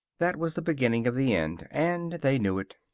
that was the beginning of the end, and they knew it.